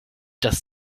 das